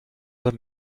the